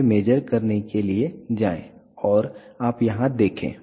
फिर मेज़र करने के लिए जाएं और आप यहां देखें